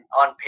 on